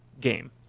game